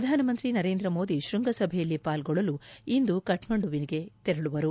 ಪ್ರಧಾನಮಂತ್ರಿ ನರೇಂದ್ರ ಮೋದಿ ಶ್ವಂಗಸಭೆಯಲ್ಲಿ ಪಾಲ್ಗೊಳ್ಳಲು ಇಂದು ಕಠ್ಮಂಡುವಿಗೆ ತೆರಳುವರು